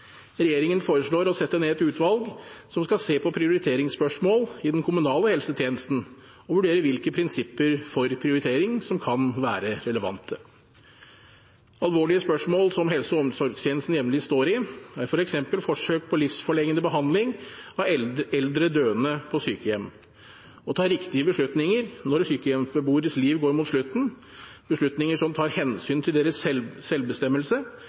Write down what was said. Regjeringen foreslår å sette ned et utvalg som skal se på prioriteringsspørsmål i den kommunale helsetjenesten og vurdere hvilke prinsipper for prioritering som kan være relevante. Alvorlige spørsmål som helse- og omsorgstjenesten jevnlig står i, er f.eks. forsøk på livsforlengende behandling av eldre døende på sykehjem. Å ta riktige beslutninger når sykehjemsbeboeres liv går mot slutten – beslutninger som tar hensyn til deres selvbestemmelse